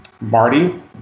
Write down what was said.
marty